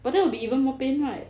but that will be even more pain right